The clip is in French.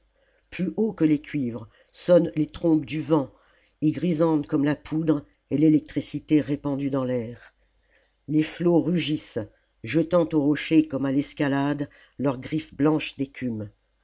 plus haut que les cuivres sonnent les trompes du vent et grisante comme la poudre est l'électricité répandue dans l'air la commune les flots rauquent jetant aux rochers comme à l'escalade leurs griffes blanches d'écume